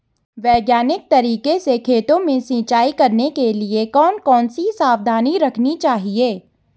वैज्ञानिक तरीके से खेतों में सिंचाई करने के लिए कौन कौन सी सावधानी रखनी चाहिए?